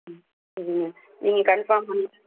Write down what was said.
ம் சரி மேம் நீங்கள் கன்ஃபாம் பண்ணிவிட்டு சொல்லுங்கள்